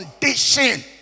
condition